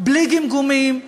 בלי גמגומים,